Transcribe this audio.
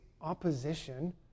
opposition